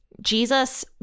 Jesus